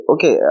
Okay